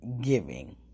giving